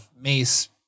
Mace